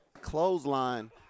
clothesline